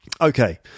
okay